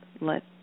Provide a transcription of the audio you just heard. Let